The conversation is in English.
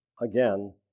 again